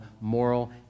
moral